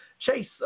Chase